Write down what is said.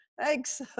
Thanks